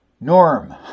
Norm